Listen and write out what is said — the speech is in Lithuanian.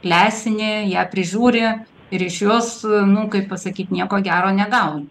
leisi ją prižiūri ir iš jos nu kaip pasakyt nieko gero negauni